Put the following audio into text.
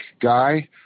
guy